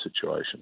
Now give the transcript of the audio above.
situation